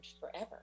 forever